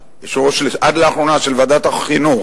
עד לאחרונה של ועדת החינוך,